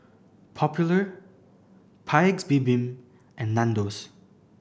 Popular Paik's Bibim and Nandos